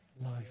life